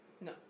No